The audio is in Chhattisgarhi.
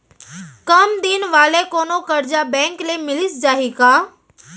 कम दिन वाले कोनो करजा बैंक ले मिलिस जाही का?